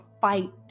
fight